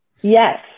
Yes